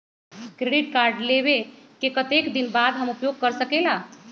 Credit card लेबे के कतेक दिन बाद हम उपयोग कर सकेला?